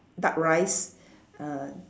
duck rice err